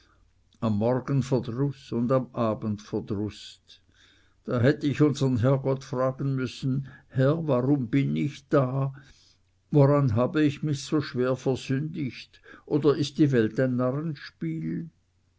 am morgen verdruß und am abend verdruß da hätte ich unsern herrgott fragen müssen herr warum bin ich da woran habe ich mich so schwer versündigt oder ist die welt ein